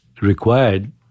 required